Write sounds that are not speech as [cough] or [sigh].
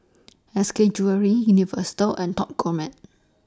[noise] S K Jewellery Universal and Top Gourmet